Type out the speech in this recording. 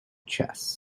chess